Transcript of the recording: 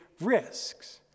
risks